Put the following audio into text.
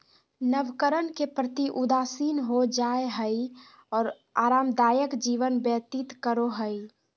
नवकरण के प्रति उदासीन हो जाय हइ और आरामदायक जीवन व्यतीत करो हइ